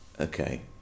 okay